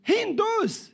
Hindus